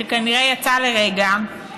שכנראה יצאה לרגע,